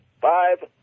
Five